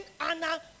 Anna